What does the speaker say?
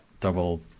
double